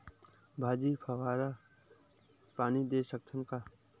भाजी फवारा पानी दे सकथन का?